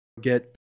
get